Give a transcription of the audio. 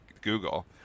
Google